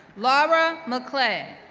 laura maclay,